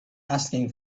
asking